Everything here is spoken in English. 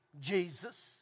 Jesus